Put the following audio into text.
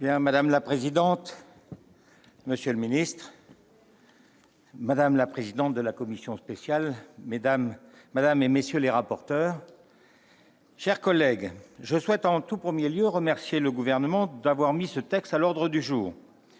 Madame la présidente, monsieur le ministre, madame la présidente de la commission spéciale, madame, messieurs les rapporteurs, mes chers collègues, je souhaite en premier lieu remercier le Gouvernement d'avoir mis ce texte à l'ordre du jour.